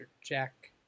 Jack